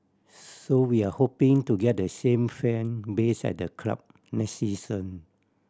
so we're hoping to get the same fan base at the club next season